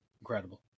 Incredible